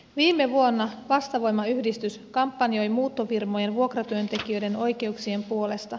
viime vuonna vastavoima yhdistys kampanjoi muuttofirmojen vuokratyöntekijöiden oikeuksien puolesta